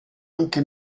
anche